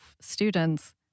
students